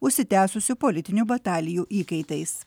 užsitęsusių politinių batalijų įkaitais